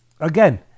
again